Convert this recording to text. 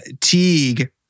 Teague